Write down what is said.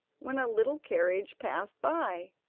when a little carriage passed by,